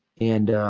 and